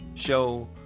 show